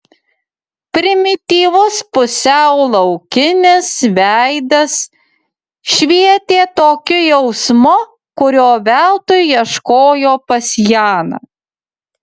primityvus pusiau laukinis veidas švietė tokiu jausmu kurio veltui ieškojo pas janą